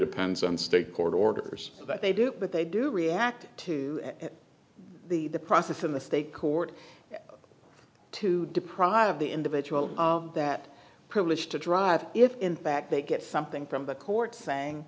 depends on state court orders that they do but they do react to the the process in the state court to deprive the individual of that privilege to drive if in fact they get something from the court saying